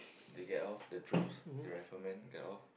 they get off the troops the rifleman get off